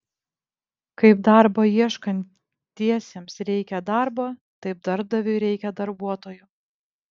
kaip darbo ieškantiesiems reikia darbo taip darbdaviui reikia darbuotojų